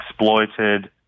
exploited